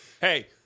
hey